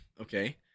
okay